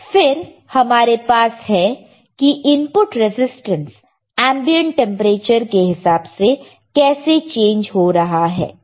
फिर हमारे पास है कि इनपुट रेजिस्टेंस एंबिएंट टेंपरेचर के हिसाब से कैसे चेंज हो रहा है